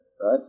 Right